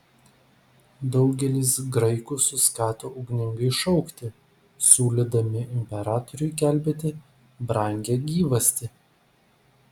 daugelis graikų suskato ugningai šaukti siūlydami imperatoriui gelbėti brangią gyvastį